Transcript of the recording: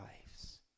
lives